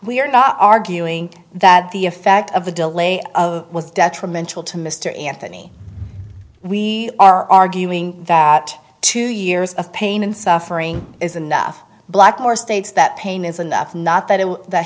we are not arguing that the effect of the delay of was detrimental to mr anthony we are arguing that two years of pain and suffering is enough blackmore states that pain is enough not that